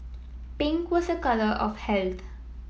pink was a colour of health